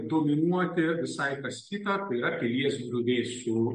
dominuoti visai kas kita tai yra pilies griuvėsių